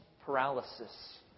paralysis